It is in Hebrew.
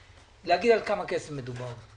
להגיד על כמה כסף מדובר.